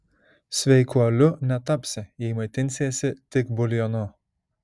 sveikuoliu netapsi jei maitinsiesi tik buljonu